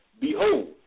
Behold